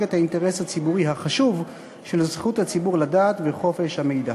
את האינטרס הציבורי החשוב של זכות הציבור לדעת וחופש המידע.